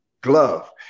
glove